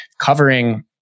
covering